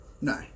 No